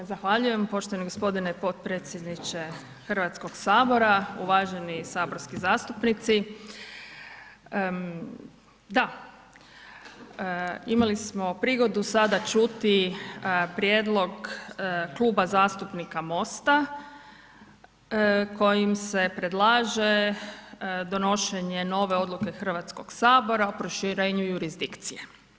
Evo zahvaljujem poštovani g. potpredsjedniče HS, uvaženi saborski zastupnici, da, imali smo prigodu sada čuti prijedlog Kluba zastupnika MOST-a kojim se predlaže donošenje nove odluke HS o proširenju jurisdikcije.